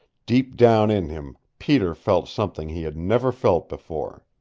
deep down in him peter felt something he had never felt before.